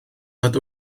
nad